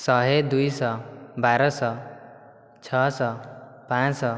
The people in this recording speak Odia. ଶହେ ଦୁଇଶହ ବାରଶହ ଛଅଶହ ପାଞ୍ଚଶହ